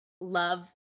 love